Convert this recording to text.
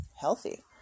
healthy